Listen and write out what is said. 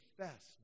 confess